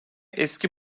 eski